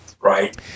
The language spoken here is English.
Right